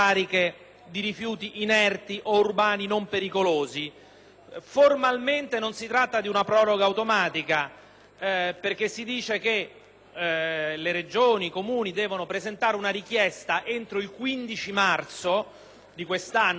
perché si dice che le Regioni e i Comuni devono presentare una richiesta entro il 15 marzo del 2009 e che a questa richiesta deve essere data risposta entro il 31 marzo 2009. Ora, è evidente a tutti che